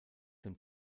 dem